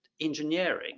engineering